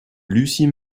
lucie